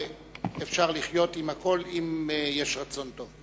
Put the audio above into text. אפשר לחיות עם הכול אם יש רצון טוב.